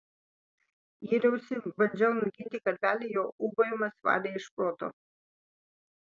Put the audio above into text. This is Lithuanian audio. yriausi bandžiau nuginti karvelį jo ūbavimas varė iš proto